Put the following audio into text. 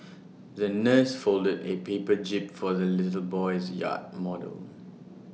the nurse folded A paper jib for the little boy's yacht model